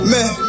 Man